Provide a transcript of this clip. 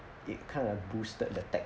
it kind of boosted the tech